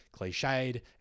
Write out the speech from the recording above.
cliched